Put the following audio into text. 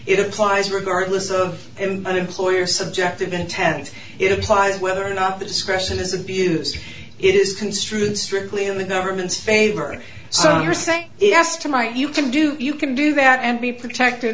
it applies regardless of him an employer subjective intent it applies whether or not the discretion is abused it is construed strictly in the government's favor so you're saying yes to my you can do you can do that and be protected